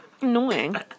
annoying